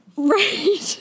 Right